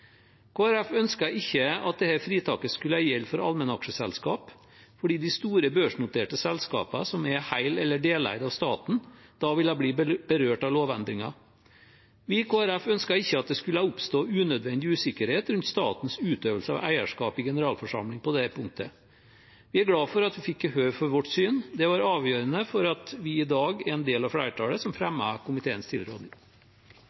ikke at dette fritaket skal gjelde for allmennaksjeselskap, fordi de store børsnoterte selskapene som er hel- eller deleid av staten, da ville bli berørt av lovendringen. Vi i Kristelig Folkeparti ønsker ikke at det skal oppstå unødvendig usikkerhet rundt statens utøvelse av eierskap i generalforsamling på dette punktet. Vi er glade for at vi fikk gehør for vårt syn. Det var avgjørende for at vi i dag er en del av flertallet som